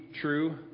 true